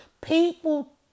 People